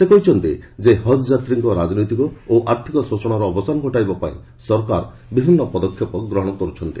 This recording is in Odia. ସେ କହିଛନ୍ତି ଯେ ହକ୍ ଯାତ୍ରୀଙ୍କ ରାଜନୈତିକ ଓ ଆର୍ଥିକ ଶୋଷଣର ଅବସାନ ଘଟାଇବା ପାଇଁ ସରକାର ବିଭିନ୍ନ ପଦକ୍ଷେପ ନେଉଛନ୍ତି